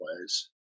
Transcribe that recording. ways